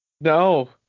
No